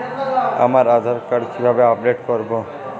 আমার আধার কার্ড কিভাবে আপডেট করব?